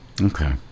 Okay